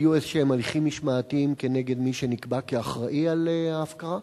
היו איזשהם הליכים משמעתיים כנגד מי שנקבע כאחראי להפקרה?